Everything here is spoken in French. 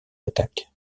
attaques